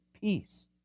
peace